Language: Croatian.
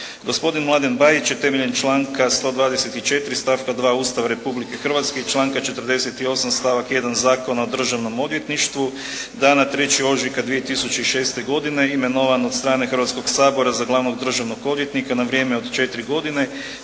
Gospodin Mladen Bajić je temeljem članka 124. stavka 2. Ustava Republike Hrvatske, članka 48. stavak 1. Zakona o državnom odvjetništvu, dana 3. ožujka 2006. godine imenovan od strane Hrvatskog sabora za Glavnog državnog odvjetnika na vrijeme od 4 godine